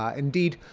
ah indeed,